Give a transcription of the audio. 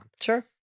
Sure